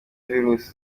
virus